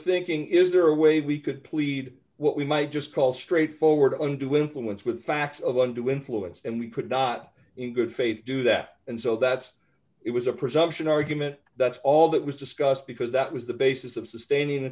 thinking is there a way we could plead what we might just call straightforward and to influence with facts of one to influence and we could not in good faith do that and so that's it was a presumption argument that's all that was discussed because that was the basis of sustaining